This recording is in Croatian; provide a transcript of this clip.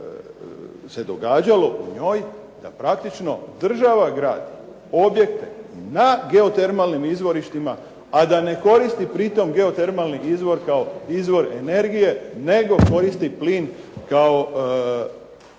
se događalo u njoj da praktično država gradi objekte na geotermalnim izvorištima, a da ne koristi pritom geotermalni izvor kao izvor energije nego koristi plin kao